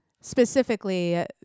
specifically